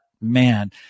man